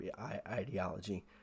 ideology